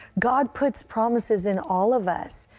god puts promises in all of us,